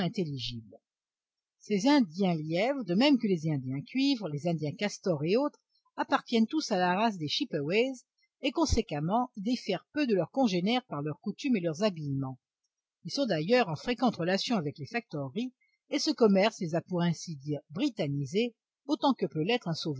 ces indiens lièvres de même que les indiens cuivre les indienscastors et autres appartiennent tous à la race des chippeways et conséquemment ils diffèrent peu de leurs congénères par leurs coutumes et leurs habillements ils sont d'ailleurs en fréquentes relations avec les factoreries et ce commerce les a pour ainsi dire britannisés autant que peut l'être